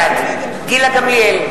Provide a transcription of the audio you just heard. בעד גילה גמליאל,